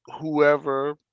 Whoever